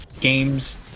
games